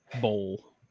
bowl